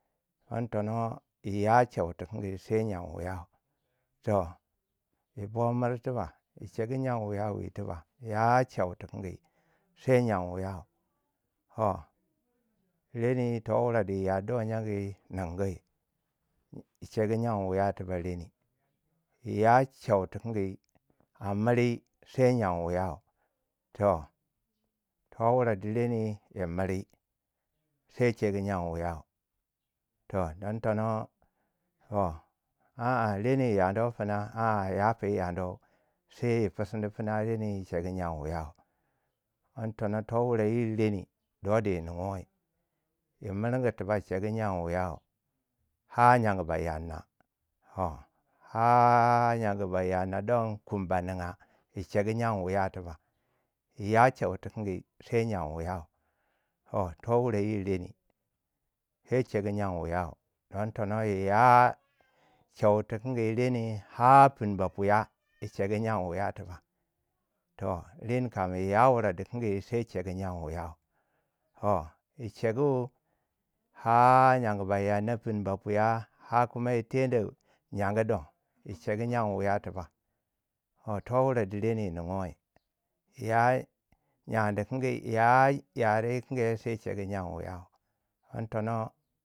don tono yiya chew tikingi sai nye wiyau. Toh yi bo miri tiba chegu nyen wuyau tiba ya cewi tikingi sai nyen wiyau. toh reni to wure dai yarduwwai nyengu nungu yi chegu nyenwiyau tiba reni iya chew tikingi a miri sai nyen wiyau toh to wure direni yi miri, sai chegu nyen wiyau toh don tono toh a- a reni yi yaduwai pina a- a yaku yi yanduwai, sai yi pusuni pina reni chegu nyen wuyau don tono to wure yiri, reni do di yi nunguwai yi miringi tiba chegu nyen wiyau har nyengu ba yanna un har nyengu ba yunna don kum ba ninga yi chegu nyen wuyau tiba yi ya ce tikingi sai nyen wuyau. Toh to wure yiri reni sai chegu nyen wuyau don tono yiya cheu tinkingi reni har puni ba puya chegu nyen wiya tiba. Toh reni kam yi ya wuri dikingi sai chegu nyen wiyau on yi chegu har yangu ba yanna. puni ba puya ha kuma yi tendu nyangu don. yi chegu nyen wuyau tiba on. toh wuri di reni yi nnunguwai ya nyaun di kingi. ya yare kinge sai chegu nyen wuyau don tono.